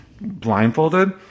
blindfolded